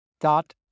dot